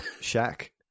shack